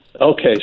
Okay